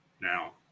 Now